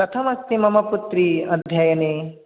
कथमस्ति मम पुत्री अध्ययने